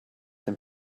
dem